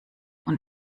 und